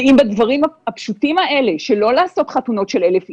ואם בדברים הפשוטים האלה שלא לעשות חתונות של אלף איש,